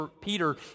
Peter